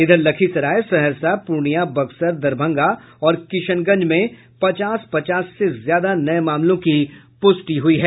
इधर लखसराय सहरसा पूर्णिया बक्सर दरभंगा और किशनगंज में पचास पचास से ज्यादा नये मामलों की पुष्टि हुई है